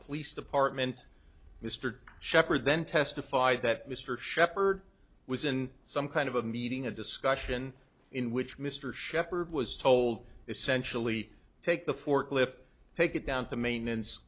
police department mr sheppard then testified that mr sheppard was in some kind of a meeting a discussion in which mr shepard was told essentially take the forklift take it down to maintenance